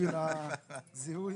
לזיהוי.